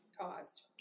caused